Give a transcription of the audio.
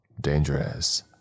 dangerous